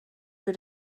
für